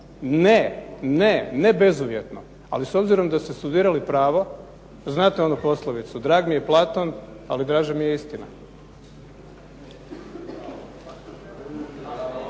Ne, ne bezuvjetno. Ali s obzirom da ste studirali pravo znate onu poslovicu: "Drag mi je Platon ali draža mi je istina.".